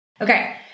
Okay